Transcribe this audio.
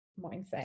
mindset